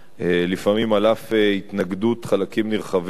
לפעמים על אף התנגדות חלקים נרחבים בליכוד,